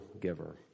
giver